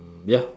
um ya